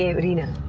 yeah reena!